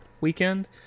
weekend